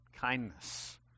kindness